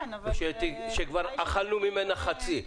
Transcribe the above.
שכבר עבר חצי ממנה,